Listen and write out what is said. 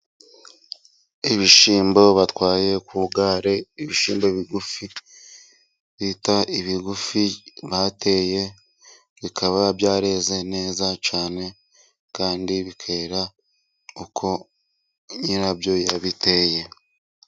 Ibishyimbo batwaye ku igare, ibishyimbo bigufi, bita bigufi bateye, bikaba byareze neza cyane, kandi bikera uko nyirabyo yabiteye.